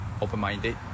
open-minded